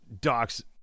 Doc's